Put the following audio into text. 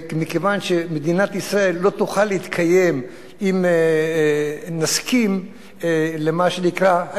מכיוון שמדינת ישראל לא תוכל להתקיים אם נסכים למה שנקרא,